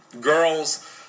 Girls